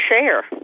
share